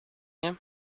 him